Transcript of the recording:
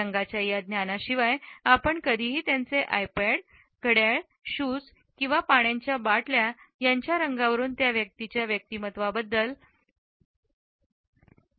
रंगांचा या ज्ञानाशिवाय आपण कधीही त्यांचे आयपॉड घड्याळ शूज किंवा पाण्याच्या बाटल्या यांचा रंगावरून त्या व्यक्तीच्या व्यक्तिमत्त्वाबद्दल या वस्तू काय सांगतात याचा विचार करू शकत नाही